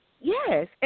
yes